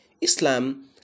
Islam